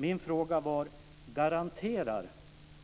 Min fråga var om